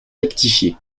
rectifié